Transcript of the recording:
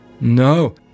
No